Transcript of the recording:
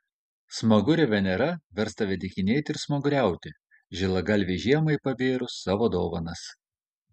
smagurė venera vers tave dykinėti ir smaguriauti žilagalvei žiemai pabėrus savo dovanas